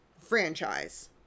franchise